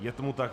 Je tomu tak.